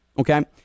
okay